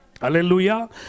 Hallelujah